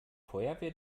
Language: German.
feuerwehr